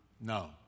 No